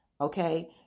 Okay